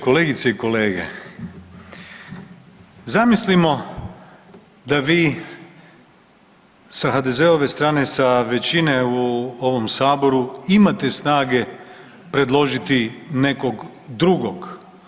Kolegice i kolege zamislimo da vi sa HDZ-ove strane sa većine u ovom Saboru imate snage predložiti nekog drugog.